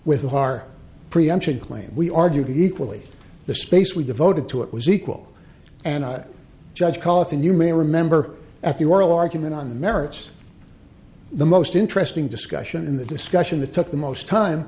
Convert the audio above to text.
with our preemption claim we argue equally the space we devoted to it was equal and i judge cotton you may remember at the oral argument on the merits the most interesting discussion in the discussion that took the most time